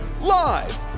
live